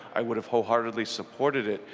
i would have wholeheartedly supported it,